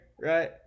right